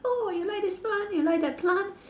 oh you like this plant you like that plant